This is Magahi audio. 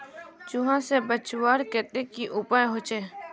चूहा से बचवार केते की उपाय होचे?